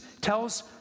tells